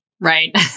right